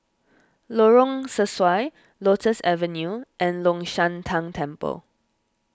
Lorong Sesuai Lotus Avenue and Long Shan Tang Temple